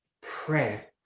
prayer